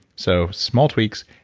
so small tweaks,